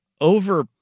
over